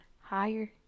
higher